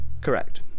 Correct